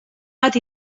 bat